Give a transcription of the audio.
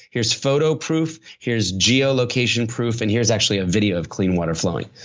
here's photo proof. here's geo location proof and here's actually a video of clean water flowing.